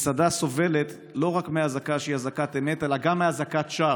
מסעדה סובלת לא רק מאזעקה שהיא אזעקת אמת אלא גם מאזעקת שווא.